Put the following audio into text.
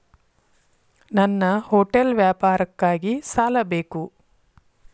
ನನ್ನ ಹೋಟೆಲ್ ವ್ಯಾಪಾರಕ್ಕಾಗಿ ಸಾಲ ಬೇಕು